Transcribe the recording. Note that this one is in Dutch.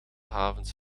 havens